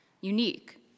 unique